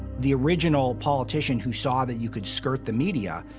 the original politician who saw that you could skirt the media,